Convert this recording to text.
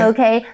Okay